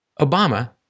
Obama